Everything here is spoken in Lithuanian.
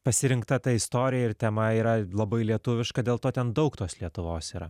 pasirinkta ta istorija ir tema yra labai lietuviška dėl to ten daug tos lietuvos yra